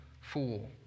fool